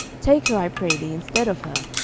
take her, i pray thee, instead of her.